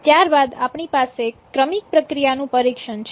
ત્યારબાદ આપણી પાસે ક્રમિક પ્રક્રિયાનું પરીક્ષણ છે